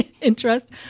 interest